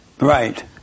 right